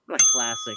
classic